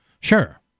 Sure